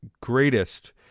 greatest